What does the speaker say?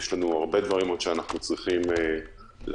יש עוד הרבה דברים שאנחנו צריכים לעשות,